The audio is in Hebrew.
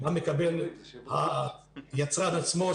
כלומר מה מקבל היצרן עצמו,